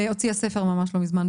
היא הוציאה ספר בעניין ממש לא מזמן,